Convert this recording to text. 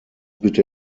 bitte